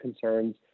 concerns